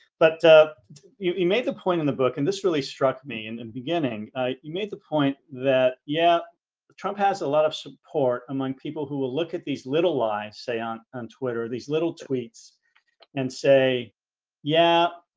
but you you made the point in the book and this really struck me and in and beginning you made the point that yeah the trump has a lot of support among people who will look at these little lies say on and twitter these little tweets and say yeah,